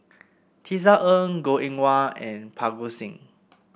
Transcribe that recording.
Tisa Ng Goh Eng Wah and Parga Singh